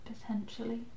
Potentially